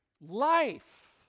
life